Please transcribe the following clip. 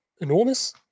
enormous